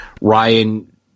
Ryan